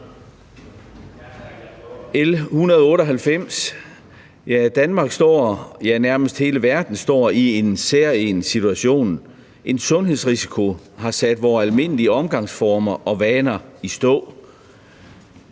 L 198: Danmark, ja, nærmest hele verden, står i en særegen situation. En sundhedsrisiko har sat vore almindelige omgangsformer og vaner i stå.